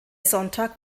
sonntag